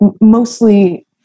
mostly